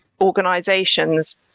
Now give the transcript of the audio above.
organisations